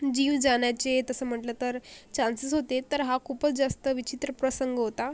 जीव जाण्याचे तसं म्हटलं तर चान्सेस होते तर हा खूपच जास्त विचित्र प्रसंग होता